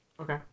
Okay